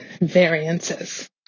variances